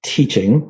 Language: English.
Teaching